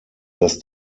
dass